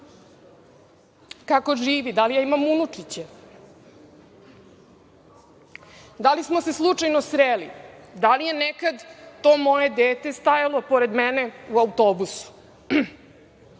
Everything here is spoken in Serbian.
Kako živi? Da li ja imam unučiće? Da li smo se slučajno sreli? Da li je nekad to moje dete stajalo pored mene u autobusu? Zamislite